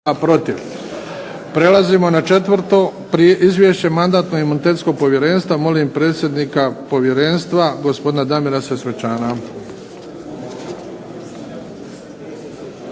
(HDZ)** Prelazimo na četvrto izvješće Mandatno-imunitetskog povjerenstva. Molim predsjednika povjerenstva gospodine Damira Sesvečana.